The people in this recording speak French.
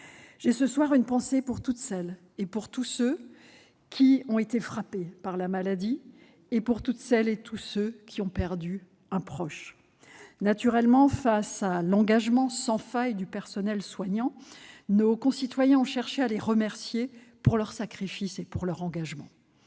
J'ai, ce soir, une pensée pour toutes celles et pour tous ceux qui ont été frappés par la maladie, et pour toutes celles et pour tous ceux qui ont perdu un proche. Naturellement, face à l'engagement sans faille du personnel soignant, nos concitoyens ont cherché à les remercier pour leur sacrifice et pour leur engagement.